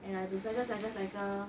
and I have to cycle cycle cycle